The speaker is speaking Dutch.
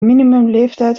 minimumleeftijd